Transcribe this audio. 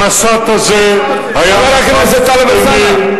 המשט הזה היה משט, חבר הכנסת אלסאנע.